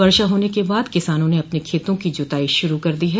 वर्षा होने के बाद किसानों ने अपने खेतों की जुताई शुरू कर दी हैं